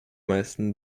meisten